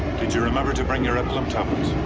did you remember to bring your epilim tablets?